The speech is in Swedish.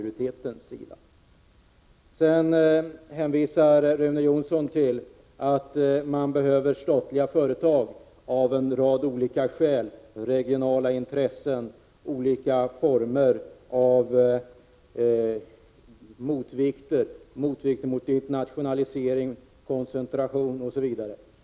Rune Jonsson hänvisar till att man behöver statliga företag av en rad olika skäl: regionala intressen, olika former av motvikt mot internationalisering, koncentration osv.